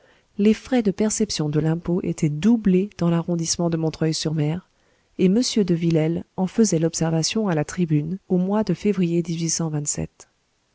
les frais de perception de l'impôt étaient doublés dans l'arrondissement de montreuil sur mer et mr de villèle en faisait l'observation à la tribune au mois de février